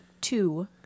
two